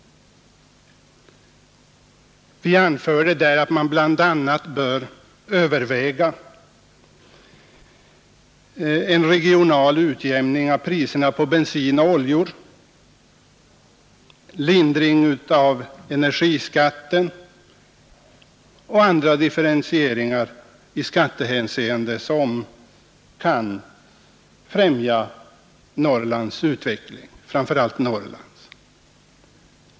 Vi anförde att man bl.a. bör överväga en regional utjämning av priserna på bensin och oljor, lindring av energiskatten och andra differentieringar i skattehänseende som kan främja framför allt Norrlands utveckling.